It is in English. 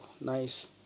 nice